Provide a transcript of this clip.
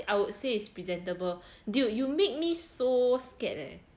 I would say it's presentable dude you make me so scared leh